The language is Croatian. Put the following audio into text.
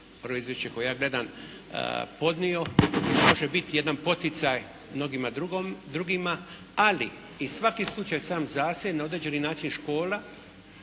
prvo izvješće koje ja gledam podnio može biti jedan poticaj mnogima drugima ali i svaki slučaj sam za sebe je na određeni način, a